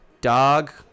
dog